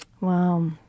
Wow